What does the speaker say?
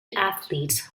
athletes